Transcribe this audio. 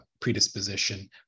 predisposition